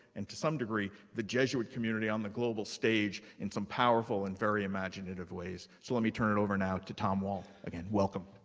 and, to some degree, the jesuit community on the global stage, in some powerful and very imaginative ways. so let me turn it over now to tom wall. again, welcome.